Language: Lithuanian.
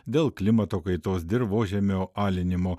dėl klimato kaitos dirvožemio alinimo